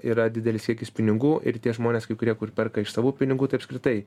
yra didelis kiekis pinigų ir tie žmonės kai kurie kur perka iš savų pinigų tai apskritai